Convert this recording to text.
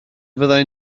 fyddai